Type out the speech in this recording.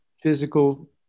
physical